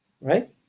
right